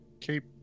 keep